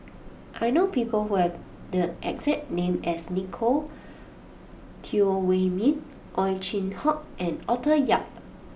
I know people who have the exact name as Nicolette Teo Wei Min Ow Chin Hock and Arthur Yap